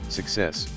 success